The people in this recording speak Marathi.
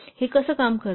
हे कस काम करत